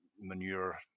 manure